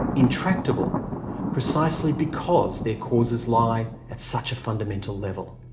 intractable precisely because their causes lie at such a fundamental level.